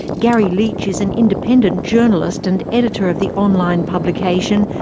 garry leech is an independent journalist and editor of the online publication,